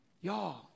y'all